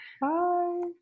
Bye